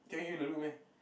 can give you the look meh